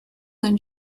that